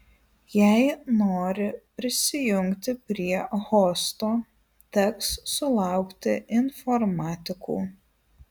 jei nori prisijungti prie hosto teks sulaukti informatikų